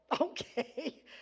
okay